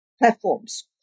platforms